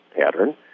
pattern